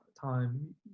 time